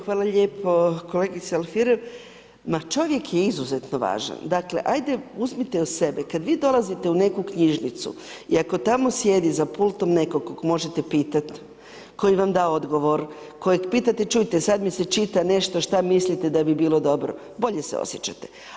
Hvala lijepo kolegice Alfirev, ma čovjek je izuzetno važan, dakle, ajde uzmite od sebe, kad vi dolazite u neku knjižnicu i ako tamo sjedi za pultom netko koga možete pitati, koji vam da odgovor, kojeg pitate, čujte sad mi se čita nešto, šta mislite da bi bilo dobro, bolje se osjećate.